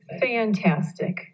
Fantastic